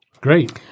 Great